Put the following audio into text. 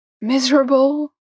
miserable